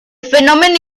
fenómeno